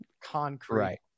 concrete